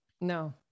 No